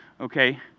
Okay